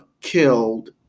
killed